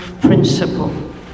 principle